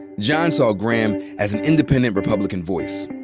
john saw graham as an independent republican voice,